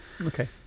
Okay